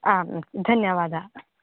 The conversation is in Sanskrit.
आं धन्यवादाः